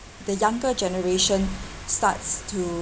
the younger generation starts to